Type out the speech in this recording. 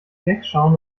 wegschauen